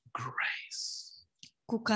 Grace